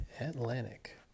Atlantic